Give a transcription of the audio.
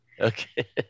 Okay